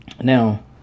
Now